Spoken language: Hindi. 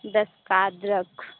दस का अदरक